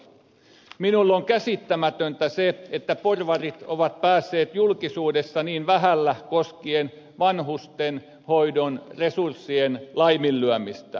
minulle on käsittämätöntä se että porvarit ovat päässeet julkisuudessa niin vähällä koskien vanhustenhoidon resurssien laiminlyömistä